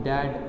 Dad